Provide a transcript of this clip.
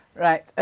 right,